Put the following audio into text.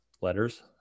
letters